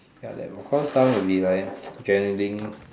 ya that of course some would be like genuine